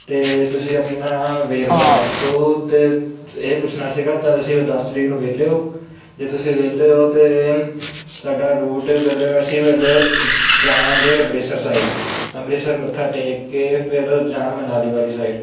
ਅਤੇ ਤੁਸੀਂ ਆਪਣਾ ਵੇਰਵਾ ਦੱਸ ਦਿਉ ਅਤੇ ਇਹ ਪੁੱਛਣਾ ਸੀਗਾ ਤਾਂ ਤੁਸੀਂ ਦਸ ਤਰੀਕ ਨੂੰ ਵਿਹਲੇ ਹੋ ਜੇ ਤੁਸੀਂ ਵਿਹਲੇ ਹੋ ਤਾਂ ਸਾਡਾ ਰੂਟ ਪਹਿਲੇ ਅਸੀਂ ਪਹਿਲੇ ਜਾਵਾਂਗੇ ਅੰਮ੍ਰਿਤਸਰ ਸਾਈਡ ਅੰਮ੍ਰਿਤਸਰ ਮੱਥਾ ਟੇਕ ਕੇ ਫਿਰ ਜਾਣਾ ਮਨਾਲੀ ਵਾਲੀ ਸਾਈਡ